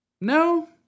No